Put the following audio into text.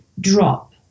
drop